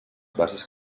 bases